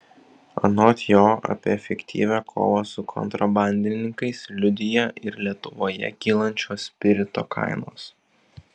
anot jo apie efektyvią kovą su kontrabandininkais liudija ir lietuvoje kylančios spirito kainos